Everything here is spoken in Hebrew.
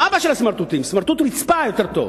סמרטוטים, אבא של הסמרטוט, סמרטוט רצפה יותר טוב,